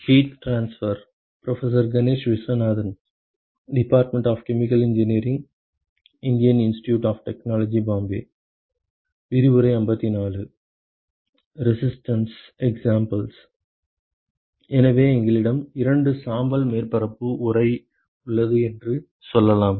resistances examples எனவே எங்களிடம் இரண்டு சாம்பல் மேற்பரப்பு உறை உள்ளது என்று சொல்லலாம்